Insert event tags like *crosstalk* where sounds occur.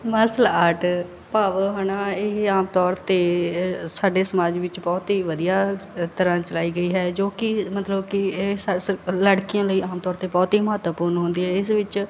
martial art ਭਾਵ ਹੈ ਨਾ ਇਹ ਆਮ ਤੌਰ 'ਤੇ ਸਾਡੇ ਸਮਾਜ ਵਿੱਚ ਬਹੁਤ ਹੀ ਵਧੀਆ ਤਰ੍ਹਾਂ ਚਲਾਈ ਗਈ ਹੈ ਜੋ ਕਿ ਮਤਲਬ ਕਿ ਇਹ *unintelligible* ਲੜਕੀਆਂ ਲਈ ਆਮ ਤੌਰ 'ਤੇ ਬਹੁਤ ਹੀ ਮਹੱਤਵਪੂਰਨ ਹੁੰਦੀ ਹੈ ਇਸ ਵਿੱਚ